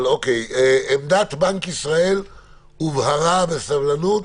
עמדת בנק ישראל הובהרה בסבלנות